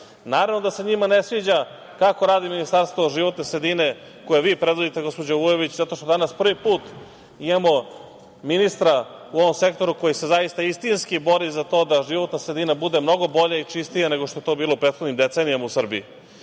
Naravno da se njima ne sviđa kako radi Ministarstvo životne sredine koje vi predvodite, gospođo Vujović, zato što danas prvi put imamo ministra u ovom sektoru koji se zaista istinski bori za to da životna sredina bude mnogo bolja i čistija nego što je to bilo u prethodnim decenijama u Srbiji. Prvi